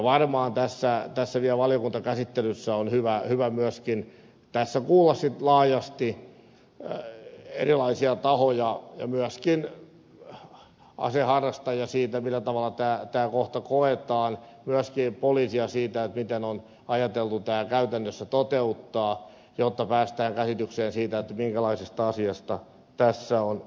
varmaan vielä valiokuntakäsittelyssä on hyvä myöskin kuulla sitten laajasti erilaisia tahoja ja myöskin aseharrastajia siitä millä tavalla tämä kohta koetaan myöskin poliisia siitä miten on ajateltu tämä käytännössä toteuttaa jotta päästään käsitykseen siitä minkälaisesta asiasta tässä on kyse